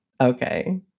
Okay